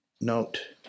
Note